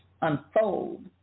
unfold